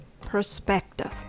perspective